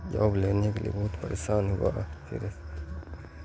job لینے کے لیے بہت پریشان ہوا پھر